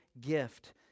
gift